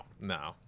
no